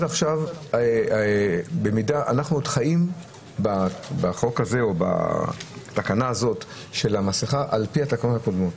אנחנו עוד חיים בתקנה הזאת של המסכה על פי התקנות הקודמות.